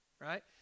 right